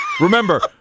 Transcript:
remember